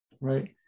right